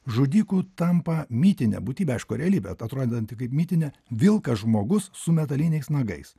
žudiku tampa mitinė būtybė aišku realybė atrodanti kaip mitinė vilkas žmogus su metaliniais nagais